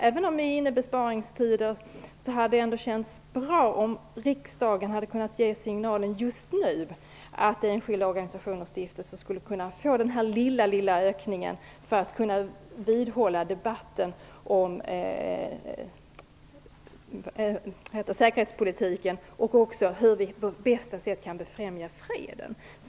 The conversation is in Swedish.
Även om vi är inne i besparingstider hade det känts bra om riksdagen just nu hade kunnat ge signalen att enskilda organisationer och stiftelser skulle kunna få den aktuella lilla ökningen för att kunna upprätthålla debatten om säkerhetspolitiken och om hur vi på bästa sätt kan befrämja freden.